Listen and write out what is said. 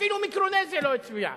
אפילו מיקרונזיה לא הצביעה.